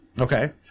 Okay